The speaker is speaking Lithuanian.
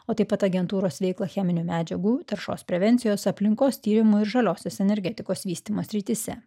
o taip pat agentūros veiklą cheminių medžiagų taršos prevencijos aplinkos tyrimo ir žaliosios energetikos vystymo srityse